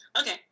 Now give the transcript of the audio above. okay